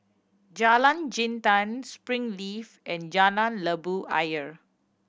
Jalan Jintan Springleaf and Jalan Labu Ayer